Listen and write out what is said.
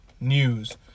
News